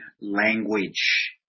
language